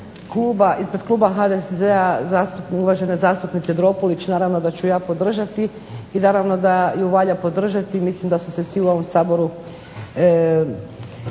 ispred kluba HDZ-a uvažene zastupnice Dropulić naravno da ću ja podržati i naravno da ju valja podržati. Mislim da su se svi u ovom Saboru s tim